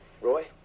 Roy